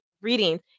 reading